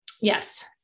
Yes